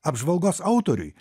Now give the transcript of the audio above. apžvalgos autoriui